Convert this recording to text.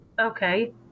Okay